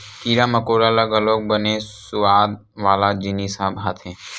कीरा मकोरा ल घलोक बने सुवाद वाला जिनिस ह भाथे